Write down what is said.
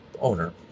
owner